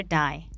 die